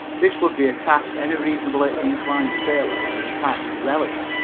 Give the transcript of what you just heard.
this would be a task any reasonably inclined sailor would attack with relish,